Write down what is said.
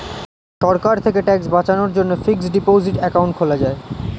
সরকার থেকে ট্যাক্স বাঁচানোর জন্যে ফিক্সড ডিপোসিট অ্যাকাউন্ট খোলা যায়